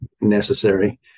necessary